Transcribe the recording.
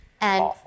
And-